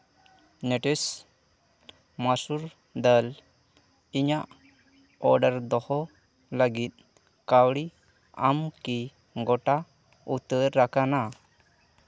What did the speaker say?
ᱢᱮᱴᱮᱨᱥ ᱢᱟᱥᱩᱨ ᱫᱟᱹᱞ ᱤᱧᱟᱹᱜ ᱚᱰᱟᱨ ᱫᱚᱦᱚ ᱞᱟᱹᱜᱤᱫ ᱠᱟᱹᱣᱲᱤ ᱟᱢ ᱠᱤ ᱜᱚᱴᱟ ᱩᱛᱟᱹᱨᱟᱠᱟᱱᱟ